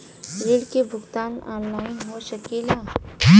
ऋण के भुगतान ऑनलाइन हो सकेला?